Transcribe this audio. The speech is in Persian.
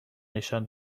نشان